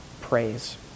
praise